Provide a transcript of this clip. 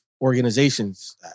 organizations